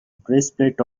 breastplate